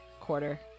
quarter